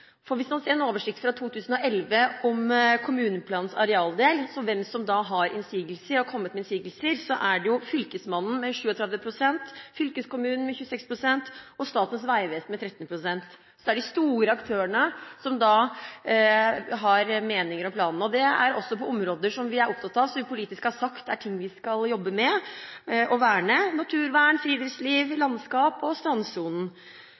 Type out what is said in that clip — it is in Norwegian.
Hvis man ser på en oversikt fra 2011 om kommuneplanens arealdel over hvem som har kommet med innsigelser, er det Fylkesmannen med 37 pst., fylkeskommunen med 26 pst. og Statens vegvesen med 13 pst. Så det er de store aktørene som har meninger om planen. Det er på områder som vi er opptatt av, og som vi politisk har sagt at vi skal jobbe med, og verne, som naturvern, friluftsliv, landskap og strandsonen.